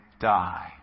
die